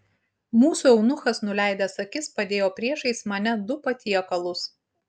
mūsų eunuchas nuleidęs akis padėjo priešais mane du patiekalus